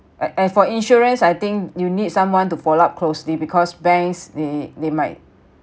and and for insurance I think you need someone to follow up closely because banks they they might